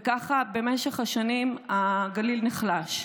וככה במשך השנים הגליל נחלש.